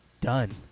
Done